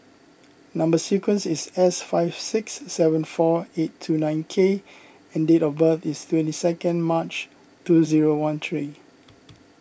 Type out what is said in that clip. Number Sequence is S five six seven four eight two nine K and date of birth is twenty second March two zero one three